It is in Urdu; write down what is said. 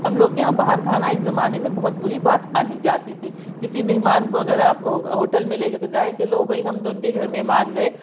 ہم لوگ کے یہاں باہر کھانا ایک زمانے میں بہت بری بات مانی جاتی تھی کسی مہمان کو اگر آپ ہوٹل میں لے جائیں کہ لو بھائی ہم تو ان کے گھر میں مہمان گئے